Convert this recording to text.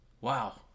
Wow